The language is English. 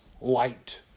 light